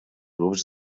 grups